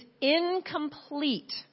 incomplete